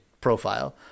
profile